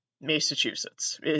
Massachusetts